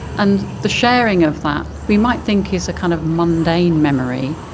and the sharing of that we might think is a kind of mundane memory,